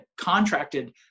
contracted